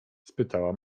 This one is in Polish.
spytała